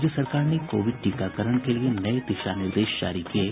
राज्य सरकार ने कोविड टीकाकरण के लिये नये दिशा निर्देश जारी किये